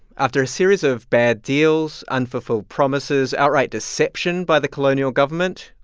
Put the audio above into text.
after a series of bad deals, unfulfilled promises, outright deception by the colonial government,